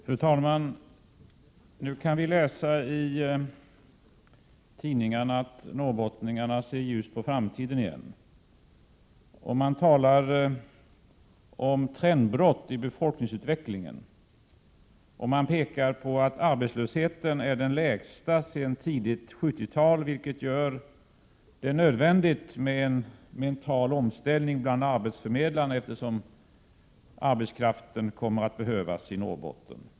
Fru talman! Nu kan vi läsa i tidningarna att norrbottningarna ser ljust på framtiden igen. Man talar om ett trendbrott i befolkningsutvecklingen och pekar på att arbetslösheten är den lägsta sedan tidigt 70-tal, vilket gör det nödvändigt med en mental omställning bland arbetsförmedlarna, eftersom arbetskraften kommer att behövas i Norrbotten.